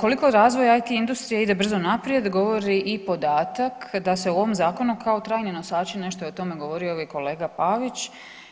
Koliko razvoj IT industrije ide brzo naprijed govori i podatak da se u ovom Zakonu kao trajni nosači, nešto je o tome govorio i kolega Pavić,